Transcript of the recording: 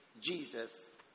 Jesus